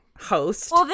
host